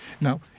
Now